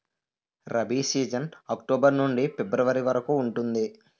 rabi season October నుండి February వరకు ఉంటుంది